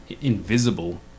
invisible